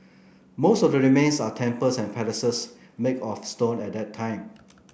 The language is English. most of the remains are temples and palaces make of stone at that time